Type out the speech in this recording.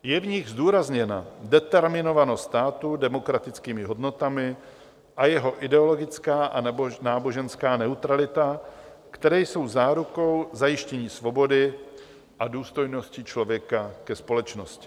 Je v nich zdůrazněna determinovanost státu demokratickými hodnotami a jeho ideologická anebo náboženská neutralita, které jsou zárukou zajištění svobody a důstojnosti člověka ve společnosti.